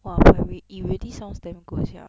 !wah! very it really sounds damn good sia